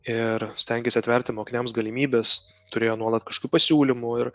ir stengėsi atverti mokiniams galimybes turėjo nuolat kažkių pasiūlymų ir